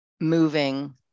moving